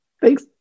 Thanks